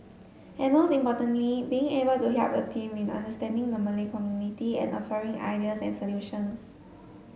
and most importantly being able to help the team in understanding the Malay community and offering ideas and solutions